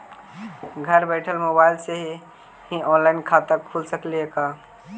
घर बैठल मोबाईल से ही औनलाइन खाता खुल सकले हे का?